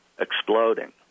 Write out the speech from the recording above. exploding